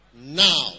Now